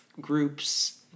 groups